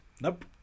Nope